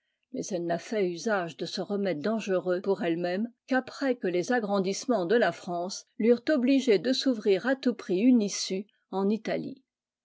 mais elle n'a lait usage de ce remède dangereux pour elle-môme qu'après que les agrandissements de la france l'eurent obligée de s'ouvrir à tout prix une issue en italie